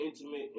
intimate